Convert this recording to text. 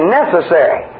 necessary